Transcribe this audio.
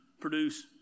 produce